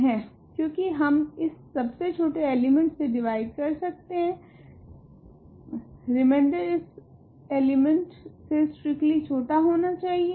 क्योकि हम इस सबसे छोटे एलिमेंट से डिवाइड कर सकते है रेमिंदर इस एलिमेंट से स्ट्रिक्टली छोटा होने चाहिए